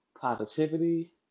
positivity